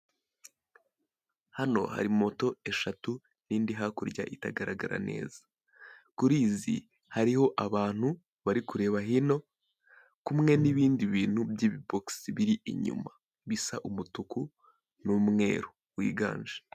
Hano hari moto eshatu nindi hakurya itagaragara neza kuri izi hariho abantu bari kureba hino kumwe nibindi bintu byibi box biri inyuma bisa umutuku n'umweru wiganje.